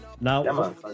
Now